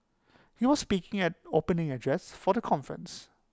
he was speaking at opening address for the conference